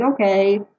okay